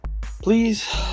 Please